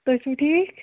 تُہۍ چھُو ٹھیٖک